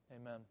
amen